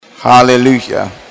hallelujah